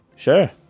Sure